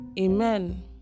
amen